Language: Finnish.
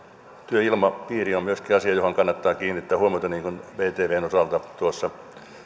työilmapiiri on myöskin asia johon kannattaa kiinnittää huomiota niin kuin vtvn osalta tuossa